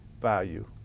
value